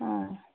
অ